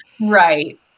Right